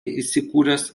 įsikūręs